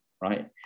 right